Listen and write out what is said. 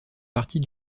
partie